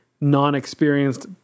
non-experienced